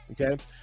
Okay